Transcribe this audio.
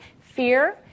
Fear